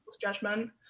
judgment